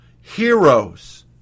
heroes